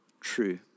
true